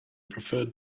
preferred